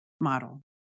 model